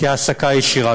בהעסקה ישירה.